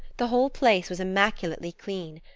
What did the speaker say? the whole place was immaculately clean,